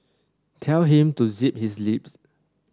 tell him to zip his lip